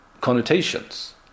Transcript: connotations